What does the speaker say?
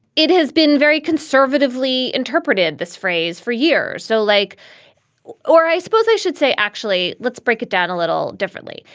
it has been very conservatively interpreted this phrase for years. so like or i suppose i should say, actually, let's break it down a little differently.